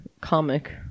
comic